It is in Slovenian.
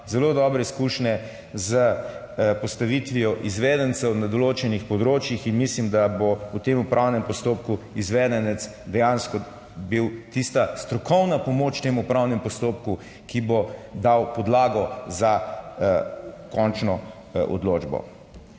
zelo dobre izkušnje s postavitvijo izvedencev na določenih področjih in mislim, da bo v tem upravnem postopku izvedenec dejansko bil tista strokovna pomoč tem upravnem postopku, ki bo dal podlago za končno odločbo.